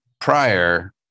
prior